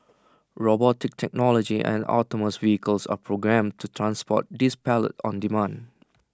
robotic technology and autonomous vehicles are programmed to transport these pallets on demand